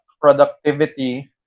productivity